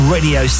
Radio